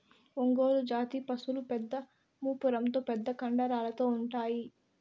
ఒంగోలు జాతి పసులు పెద్ద మూపురంతో పెద్ద కండరాలతో ఉంటాయి